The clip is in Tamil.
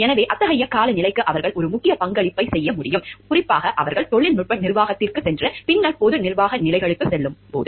எனவே அத்தகைய காலநிலைக்கு அவர்கள் ஒரு முக்கிய பங்களிப்பைச் செய்ய முடியும் குறிப்பாக அவர்கள் தொழில்நுட்ப நிர்வாகத்திற்குச் சென்று பின்னர் பொது நிர்வாக நிலைகளுக்குச் செல்லும்போது